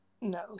No